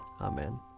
Amen